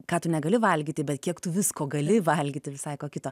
ką tu negali valgyti bet kiek tu visko gali valgyti visai ko kito